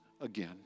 again